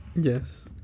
yes